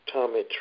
Tommy